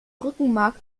rückenmark